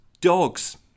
dogs